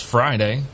Friday